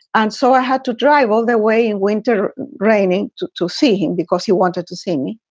and so i had to drive all the way in winter training to to see him because he wanted to see me.